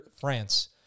France